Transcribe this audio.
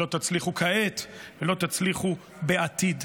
לא תצליחו כעת ולא תצליחו בעתיד.